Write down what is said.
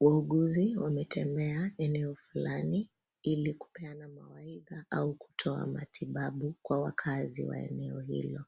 Muuguzi wametembea eneo fulani ili kupeana mawaidha au kutoa matibabu kwa wakazi wa eneo hilo.